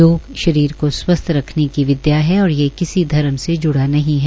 योग शरीर को स्वस्थ रखने का विष्या है और किसी धर्म से जुड़ा नहीं है